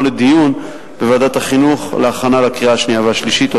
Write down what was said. לדיון בוועדת החינוך להכנה לקריאה השנייה והשלישית.